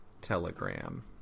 telegram